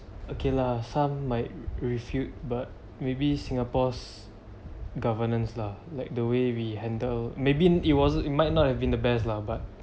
okay lah some might refute but maybe singapore's governance lah like the way we handle maybe it wasn't it might not have been the best lah but